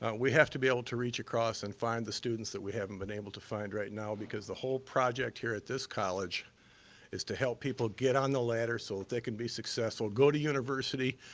ah we have to be able to reach across and find the students that we haven't been able to find right now, because the whole project here at this college is to help people get on the ladder so that they can be successful, go to university,